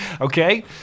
Okay